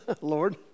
Lord